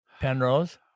penrose